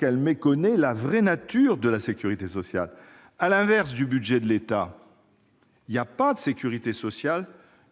elle méconnaît la vraie nature de la sécurité sociale. À l'inverse du budget de l'État, il n'y a pas, à la sécurité sociale,